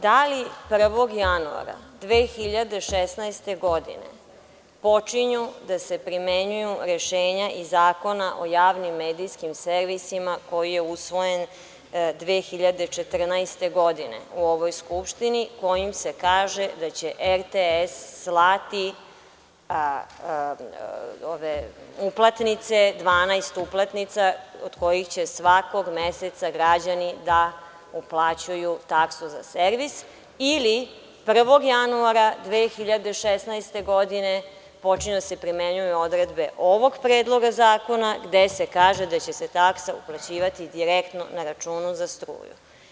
Da li 1. januara 2016. godine počinju da se primenjuju rešenja iz Zakona o javnim medijskim servisima koji je usvojen 2014. godine u ovoj Skupštini, kojim se kaže da će RTS slati uplatnice, 12 uplatnica, od kojih će svakog meseca građani da uplaćuju taksu za servis, ili 1. januara 2016. godine počinju da se primenjuju odredbe ovog Predloga zakona, gde se kaže da će se taksa uplaćivati direktno na računu za struju?